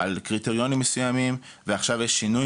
על קריטריונים מסוימים ועכשיו יש שינוי